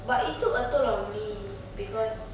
but it took a toll on me because